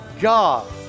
God